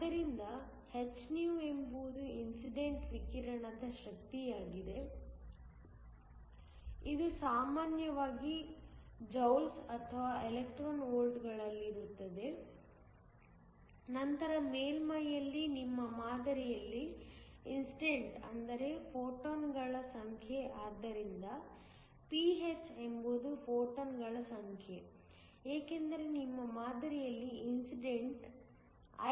ಆದ್ದರಿಂದ hυ ಎಂಬುದು ಇನ್ಸಿಡೆಂಟ್ ವಿಕಿರಣದ ಶಕ್ತಿಯಾಗಿದೆ ಇದು ಸಾಮಾನ್ಯವಾಗಿ ಜೌಲ್ಸ್ ಅಥವಾ ಎಲೆಕ್ಟ್ರಾನ್ ವೋಲ್ಟ್ಗಳಲ್ಲಿರುತ್ತದೆ ನಂತರ ಮೇಲ್ಮೈಯಲ್ಲಿ ನಿಮ್ಮ ಮಾದರಿಯಲ್ಲಿ ಇನ್ಸಿಡೆಂಟ್ ಅಂದರೆ ಫೋಟಾನ್ಗಳ ಸಂಖ್ಯೆ ಆದ್ದರಿಂದ ph ಎಂಬುದು ಫೋಟಾನ್ಗಳ ಸಂಖ್ಯೆ ಏಕೆಂದರೆ ನಿಮ್ಮ ಮಾದರಿಯಲ್ಲಿ ಇನ್ಸಿಡೆಂಟ್ Ihc